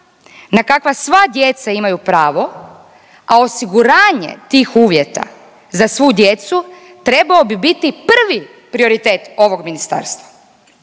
na kakva sva djeca imaju pravo, a osiguranje tih uvjeta za svu djecu trebao bi biti prvi prioritet ovog ministarstva.